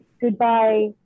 Goodbye